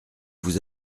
vous